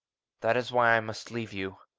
that is why i must leave you.